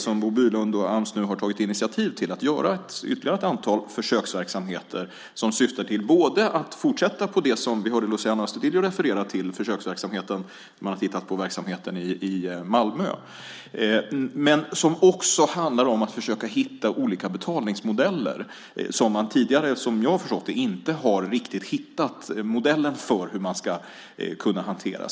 Bo Bylund och Ams har nu tagit initiativ till ytterligare ett antal försöksverksamheter som syftar till att fortsätta på den försöksverksamhet som vi hörde Luciano Astudillo referera till - man har tittat på verksamheten i Malmö. Men det handlar också om att försöka hitta olika betalningsmodeller. Som jag har förstått det har man tidigare inte riktigt hittat modellen för hur detta ska hanteras.